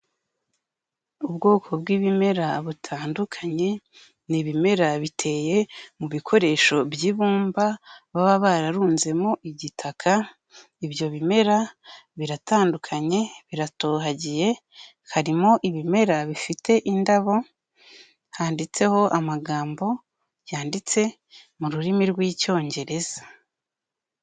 Ubwoko bw'ibimera butandukanye, ni ibimera biteye mu bikoresho by'ibumba baba bararunzemo igitaka, ibyo bimera biratandukanye, biratohagiye, harimo ibimera bifite indabo, handitseho amagambo yanditse mu rurimi rw'Icyongereza.